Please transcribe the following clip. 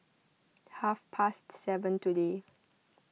half past seven today